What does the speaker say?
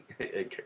Okay